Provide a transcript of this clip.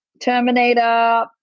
Terminator